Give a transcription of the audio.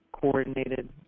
coordinated